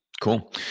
Cool